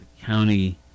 county